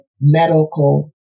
medical